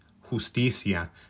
justicia